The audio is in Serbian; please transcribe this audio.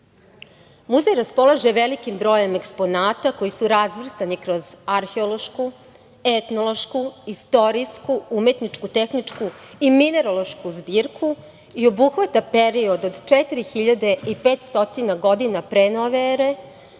raspolaže velikim brojem eksponata, koji su razvrstani kroz arheološku, etnološku i istorijsku, umetničku, tehničku i minerološku zbirku i obuhvata period od 4500 godina pre nove ere,